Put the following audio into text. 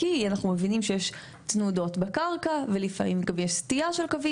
כי אנחנו מבינים שיש תנודות בקרקע ולפעמים יש גם סטייה של קווים,